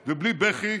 נהי ובלי בכי